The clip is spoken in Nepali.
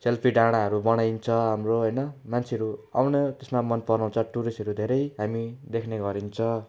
सेल्फी डाँडाहरू बनाइन्छ हाम्रो होइन मान्छेहरू आउन त्यसमा मनपराउँछ टुरिस्टहरू धेरै हामी देख्ने गरिन्छ